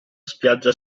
spiaggia